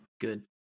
Good